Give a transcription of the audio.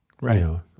Right